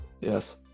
Yes